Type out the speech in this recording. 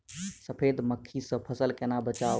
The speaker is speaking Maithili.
सफेद मक्खी सँ फसल केना बचाऊ?